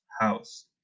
House